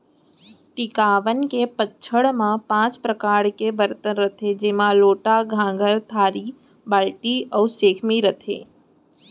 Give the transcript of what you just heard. टिकावन के पंचहड़ म पॉंच परकार के बरतन रथे जेमा लोटा, गंगार, थारी, बाल्टी अउ सैकमी रथे